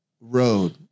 road